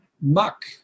muck